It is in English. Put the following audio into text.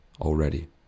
already